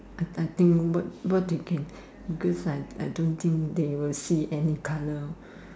I think I think what do you can because I don't think they will see any colour